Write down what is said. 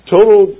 Total